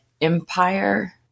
empire